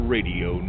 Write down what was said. Radio